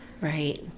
Right